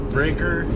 Breaker